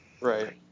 right